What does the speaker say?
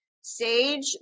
sage